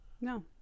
no